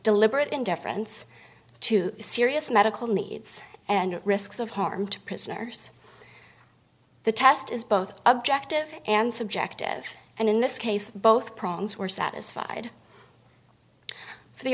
deliberate indifference to serious medical needs and risks of harm to prisoners the test is both objective and subjective and in this case both problems were satisfied for the